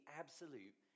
absolute